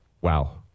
Wow